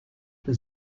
the